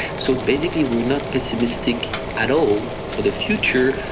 so basically we are not pessimistic at all for the future.